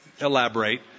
elaborate